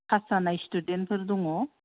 pass जानाय स्थुदेन्टफोर दङ